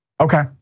Okay